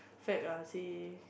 fact lah see